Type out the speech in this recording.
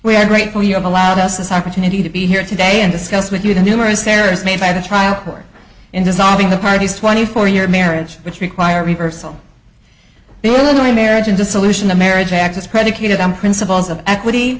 we are grateful you have allowed us this opportunity to be here today and discuss with you the numerous errors made by the trial court in dissolving the parties twenty four year marriage which require reversal the illinois marriage and dissolution of marriage act is predicated on principles of equity